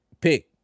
pick